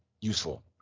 useful